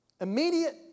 Immediate